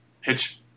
pitch